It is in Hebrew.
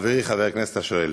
לחברי חבר הכנסת השואל: